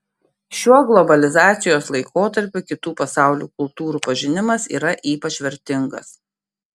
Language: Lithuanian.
šiuo globalizacijos laikotarpiu kitų pasaulio kultūrų pažinimas yra ypač vertingas